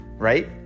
right